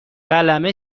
قلمه